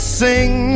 sing